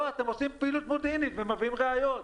לא, אתם עושים פעילות מודיעינית ומביאים ראיות.